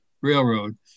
Railroad